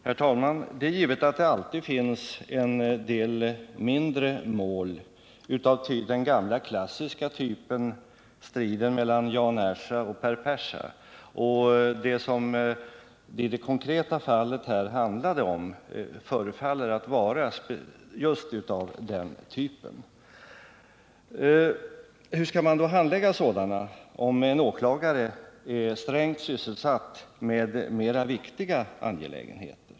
Herr talman! Det är givet att det alltid finns en del mindre mål av den gamla klassiska typen, striden mellan Jan Ersa och Per Persa. Och det konkreta fallet som föranledde JK:s uttalande förefaller vara av just den typen. Hurskall man då handlägga sådana fall, om en åklagare är strängt sysselsatt med viktigare angelägenheter?